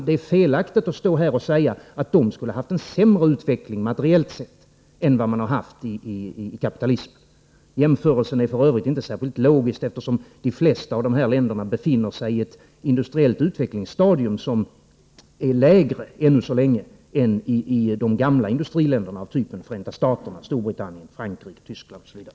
Det är emellertid felaktigt att stå här och säga att de skulle ha haft en sämre utveckling materiellt sett än vad man har haft i de kapitalistiska länderna. Jämförelsen är f. ö. inte särskilt logisk, eftersom de flesta av de här länderna befinner sig i ett industriellt utvecklingsstadium som ännu så länge är lägre än i de gamla industriländerna, t.ex. Förenta staterna, Storbritannien, och Tyskland osv.